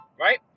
right